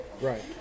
Right